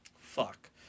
Fuck